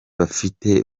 bafite